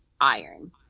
iron